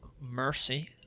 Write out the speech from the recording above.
mercy